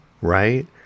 Right